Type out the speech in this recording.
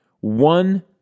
One